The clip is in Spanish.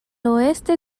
oeste